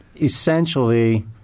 Essentially